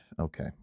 Okay